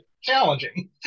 challenging